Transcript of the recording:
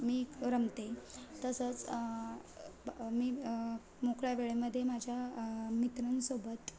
मी रमते तसंच मी मोकळ्या वेळेमध्ये माझ्या मित्रांसोबत